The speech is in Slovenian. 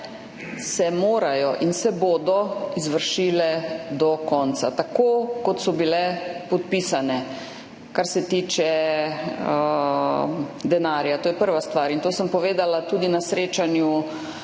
se morajo in se bodo izvršile do konca tako, kot so bile podpisane. Kar se tiče denarja, to je prva stvar in to sem povedala tudi na srečanju